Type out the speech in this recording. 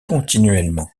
continuellement